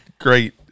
great